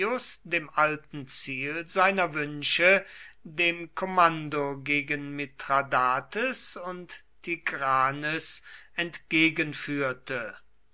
dem alten ziel seiner wünsche dem kommando gegen mithradates und tigranes